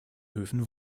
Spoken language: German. höfen